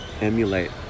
emulate